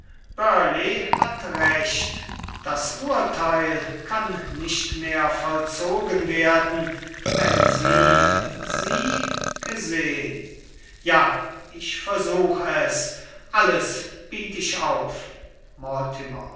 hat recht das urteil kann nicht mehr vollzogen werden wenn sie sie gesehn ja ich versuch es alles biet ich auf